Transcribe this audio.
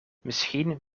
misschien